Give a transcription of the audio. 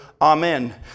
amen